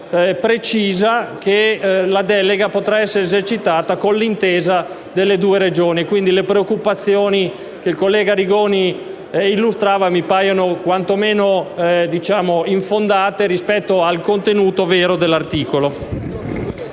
vale a dire la delega potrà essere esercitata con l’intesa delle due Regioni. Dunque le preoccupazioni che il collega Arrigoni illustrava mi sembrano quantomeno infondate rispetto al contenuto vero dell’articolo.